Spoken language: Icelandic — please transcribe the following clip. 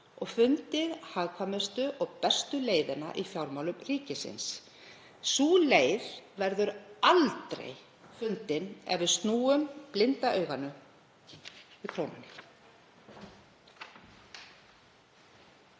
og fundið hagkvæmustu og bestu leiðina í fjármálum ríkisins. Sú leið verður aldrei fundin ef við snúum blinda auganu að krónunni.